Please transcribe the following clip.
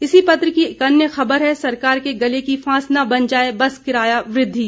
इसी पत्र की एक अन्य खबर है सरकार के गले की फांस न बन जाए बस किराया वृद्धि